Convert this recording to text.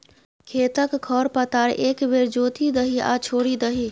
खेतक खर पतार एक बेर जोति दही आ छोड़ि दही